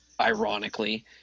ironically